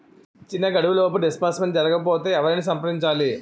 ఇచ్చిన గడువులోపు డిస్బర్స్మెంట్ జరగకపోతే ఎవరిని సంప్రదించాలి?